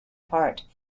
part